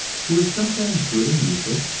who is sometimes good and useful,